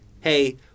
hey